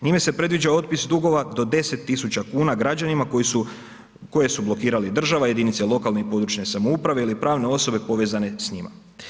Njime se predviđao otpis dugova do 10 tisuća kuna građanima koje su blokirali država, jedinice lokalne i područne samouprave ili pravne osobe povezane s njima.